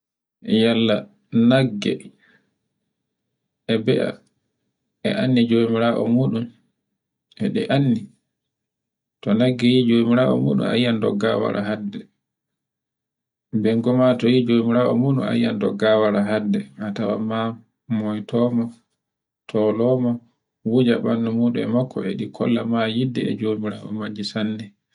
yalla nagge e be'a, e anndi jomirawo muɗum. E ɗe anndi. To nagge yi'I jomirawo muɗum yi'ai dogga wara hadde. Bengo ma to yi'I jomirawo muɗum a yiyai dogga wara hadde. A tawi ma moytomo, tolomo, wuja ɓandu muɗum e makko e ɗi kollama e yidde e jomirawo majje sanne.